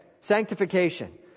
Sanctification